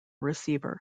receiver